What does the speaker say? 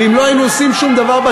ואם לא היינו עושים שום דבר,